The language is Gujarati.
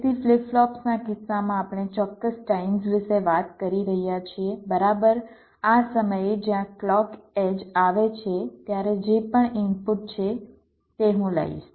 તેથી ફ્લિપ ફ્લોપ્સના કિસ્સામાં આપણે ચોક્કસ ટાઇમ્સ વિશે વાત કરી રહ્યા છીએ બરાબર આ સમયે જ્યાં ક્લૉક એડ્જ આવે છે ત્યારે જે પણ ઇનપુટ છે તે હું લઈશ